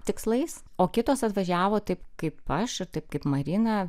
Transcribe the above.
tikslais o kitos atvažiavo taip kaip aš ir taip kaip marina